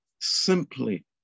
simply